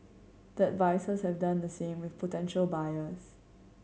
the advisers have done the same with potential buyers